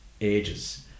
ages